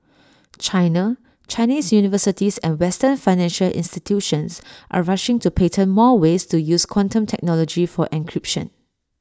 China Chinese universities and western financial institutions are rushing to patent more ways to use quantum technology for encryption